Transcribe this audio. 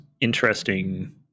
interesting